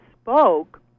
spoke